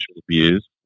abuse